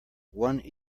one